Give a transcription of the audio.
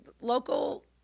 local